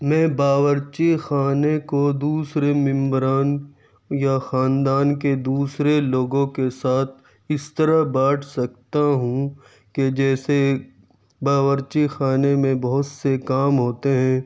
میں باورچی خانہ کو دوسرے ممبران یا خاندان کے دوسرے لوگوں کے ساتھ اس طرح بانٹ سکتا ہوں کہ جیسے باورچی خانے میں بہت سے کام ہوتے ہیں